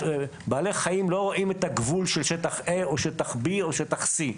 בעלי חיים לא רואים את הגבול של שטח A או שטח B או שטח C,